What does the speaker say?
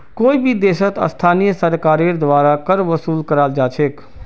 कोई भी देशत स्थानीय सरकारेर द्वारा कर वसूल कराल जा छेक